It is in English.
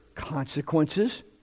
consequences